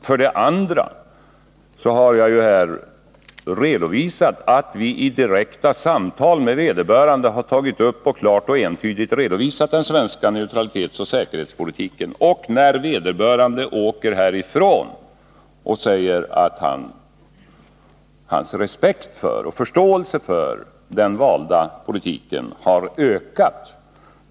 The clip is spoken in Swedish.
För det andra har jag ju här redovisat att vi vid direkta samtal med vederbörande har tagit upp och klart och entydigt redovisat den svenska neutralitetsoch säkerhetspolitiken. För det tredje har vederbörande, innan han åkte härifrån, sagt att hans respekt för och förståelse för den valda svenska politiken har ökat.